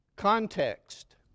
context